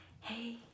Hey